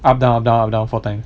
up down up down up down four time